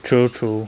true true